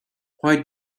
why